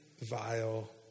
vile